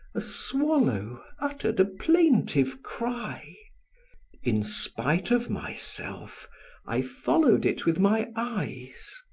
a swallow uttered a plaintive cry in spite of myself i followed it with my eyes